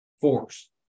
force